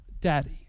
daddy